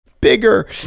bigger